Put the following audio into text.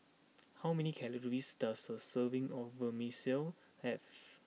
how many calories does a serving of Vermicelli have